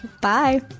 bye